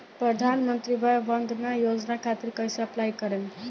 प्रधानमंत्री वय वन्द ना योजना खातिर कइसे अप्लाई करेम?